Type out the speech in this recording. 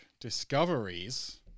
discoveries